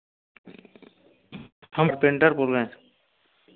हम पेंटर बोल रहे हैं